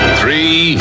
three